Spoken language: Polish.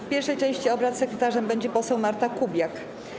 W pierwszej części obrad sekretarzem będzie poseł Marta Kubiak.